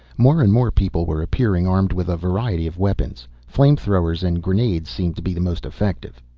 more and more people were appearing, armed with a variety of weapons. flame-throwers and grenades seemed to be the most effective.